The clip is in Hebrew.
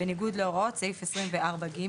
בניגוד להוראות סעיף 24(ג)".